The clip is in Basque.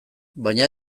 baina